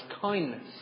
kindness